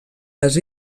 les